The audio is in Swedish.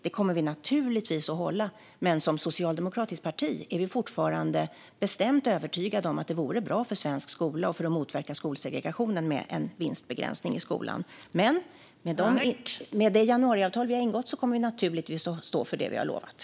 Det kommer vi naturligtvis att hålla, men som socialdemokratiskt parti är vi fortfarande bestämt övertygade om att det vore bra för svensk skola och för att motverka skolsegregationen med en vinstbegränsning i skolan. Men vi kommer att stå för det vi har lovat i det januariavtal vi har ingått.